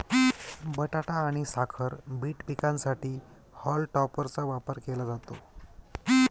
बटाटा आणि साखर बीट पिकांसाठी हॉल टॉपरचा वापर केला जातो